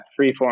freeform